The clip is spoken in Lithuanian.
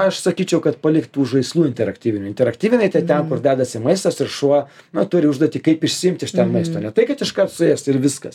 aš sakyčiau kad palikt tų žaislų interaktyvinių interaktyviniai tai ten kur dedasi maistas ir šuo na turi užduotį kaip išsiimt iš ten maisto ne tai kad iš karto suėst ir viskas